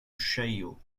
chaillot